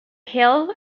hill